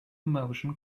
motion